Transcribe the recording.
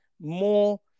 more